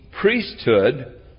priesthood